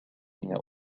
أمي